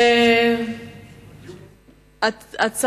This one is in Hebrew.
אמרת דברים כדורבנות וחשובים מאוד.